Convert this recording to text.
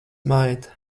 maita